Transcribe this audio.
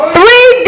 Three